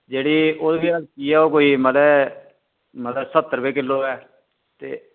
जेह्ड़ी हल्की ऐ ओह् मतलब मतलब सत्तर रपे किलो ऐ ते